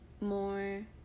more